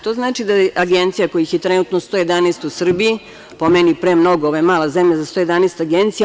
To znači da je agencija, kojih je trenutno 111 u Srbiji, po meni premnogo, ovo je mala zemlja za 111 agencija.